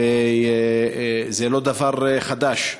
וזה לא דבר חדש.